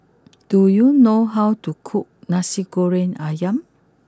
do you know how to cook Nasi Goreng Ayam